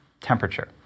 temperature